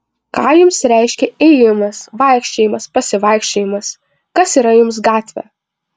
ką jums reiškia ėjimas vaikščiojimas pasivaikščiojimas kas yra jums gatvė